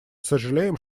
сожалеем